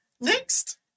Next